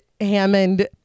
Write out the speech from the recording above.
Hammond